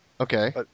Okay